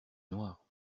noir